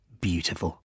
beautiful